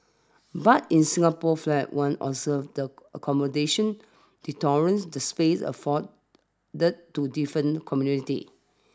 but in Singapore's flag one observes the accommodation the tolerance the space afforded the to different communities